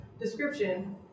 description